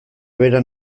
bera